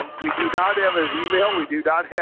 um we do not have his email. we do not yeah